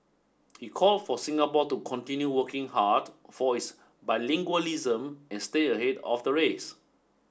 he called for Singapore to continue working hard for its bilingualism and stay ahead of the race